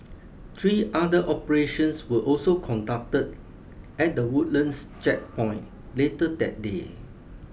three other operations were also conducted at the Woodlands Checkpoint later that day